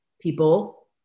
people